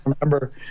remember